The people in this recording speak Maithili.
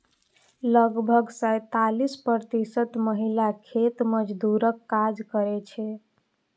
लगभग सैंतालिस प्रतिशत महिला खेत मजदूरक काज करै छै